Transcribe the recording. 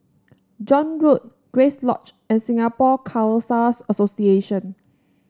John Road Grace Lodge and Singapore Khalsa Association